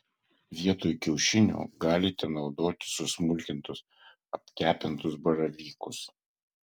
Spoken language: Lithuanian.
vietoj kiaušinių galite naudoti susmulkintus apkepintus baravykus